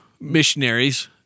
missionaries